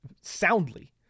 soundly